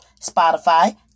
Spotify